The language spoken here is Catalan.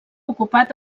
ocupat